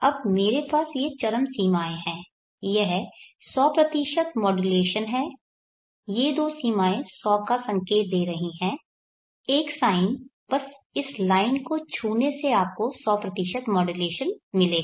अब मेरे पास ये चरम सीमाएं हैं यह 100 मॉड्यूलेशन है ये दो सीमाएं 100 का संकेत दे रही हैं एक साइन बस इस लाइन को छूने से आपको 100 मॉड्यूलेशन मिलेगा